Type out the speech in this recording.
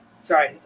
Sorry